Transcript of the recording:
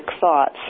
thoughts